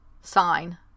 sign